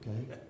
okay